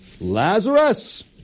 Lazarus